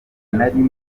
nari